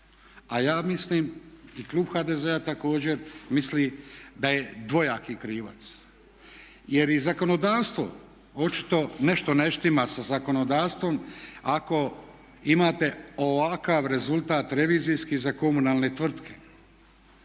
A ja mislim i klub HDZ-a također misli da je dvojaki krivac. Jer i zakonodavstvo očito nešto ne štima sa zakonodavstvom ako imate ovakav rezultat revizijski za komunalne tvrtke.